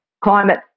Climate